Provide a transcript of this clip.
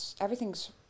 Everything's